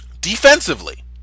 Defensively